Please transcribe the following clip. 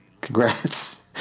Congrats